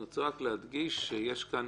אני רוצה להדגיש שיש כאן